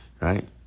right